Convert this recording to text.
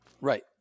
Right